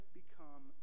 become